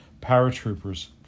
paratroopers